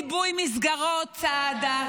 אם זה עיבוי מסגרות, סעדה.